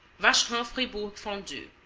vacherin-fribourg fondue